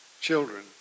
children